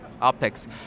optics